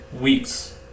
weeks